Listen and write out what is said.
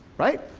right?